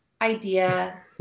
idea